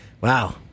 Wow